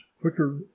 quicker